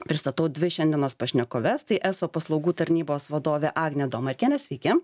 pristatau dvi šiandienos pašnekoves tai eso paslaugų tarnybos vadovė agnė domarkienė sveiki